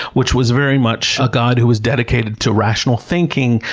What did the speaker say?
which was very much a god who was dedicated to rational thinking,